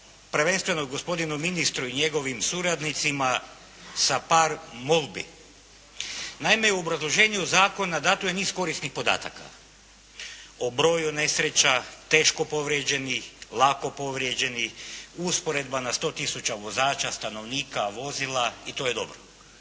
prvenstveno gospodinu ministru i njegovim suradnicima sa par molbi. Naime, u obrazloženju zakona dato je niz korisnih podataka o broju nesreća, teško povrijeđenih, lako povrijeđenih, usporedba na 100 tisuća vozača, stanovnika, vozila i to je dobro.